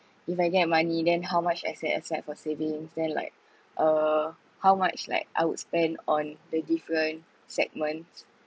if I get money then how much I set aside for savings then like uh how much like I would spend on the different segments